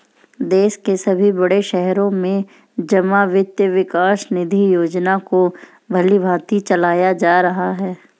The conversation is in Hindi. देश के सभी बड़े शहरों में जमा वित्त विकास निधि योजना को भलीभांति चलाया जा रहा है